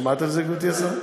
שמעת על זה, גברתי השרה?